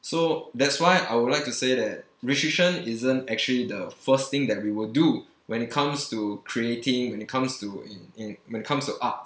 so that's why I would like to say that restriction isn't actually the first thing that we would do when it comes to creating when it comes to in in when it comes to art